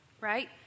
right